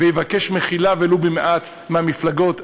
ויבקש מחילה ולו במעט מהמפלגות?